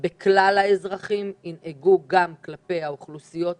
בכלל האזרחים ינהגו גם כלפי האוכלוסיות האחרות,